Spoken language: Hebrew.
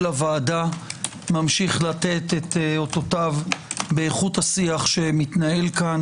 הוועדה ממשיך לתת אותותיו באיכות השיח שמתנהל פה.